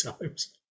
times